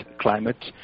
climate